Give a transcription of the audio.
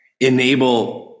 enable